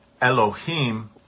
Elohim